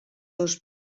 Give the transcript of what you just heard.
dos